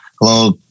hello